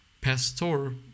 PASTOR